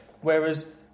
whereas